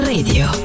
Radio